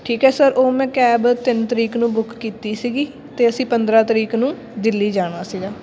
ਠੀਕ ਹੈ ਸਰ ਉਹ ਮੈਂ ਕੈਬ ਤਿੰਨ ਤਰੀਕ ਨੂੰ ਬੁੱਕ ਕੀਤੀ ਸੀਗੀ ਅਤੇ ਅਸੀਂ ਪੰਦਰ੍ਹਾਂ ਤਰੀਕ ਨੂੰ ਦਿੱਲੀ ਜਾਣਾ ਸੀਗਾ